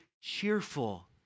cheerful